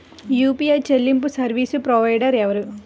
UPI చెల్లింపు service provider ఎవరు?